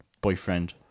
Boyfriend